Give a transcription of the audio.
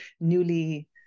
newly